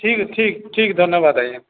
ଠିକ୍ ଅ ଠିକ୍ ଠିକ୍ ଧନ୍ୟବାଦ ଆଜ୍ଞା